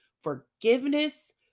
forgiveness